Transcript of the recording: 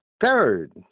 third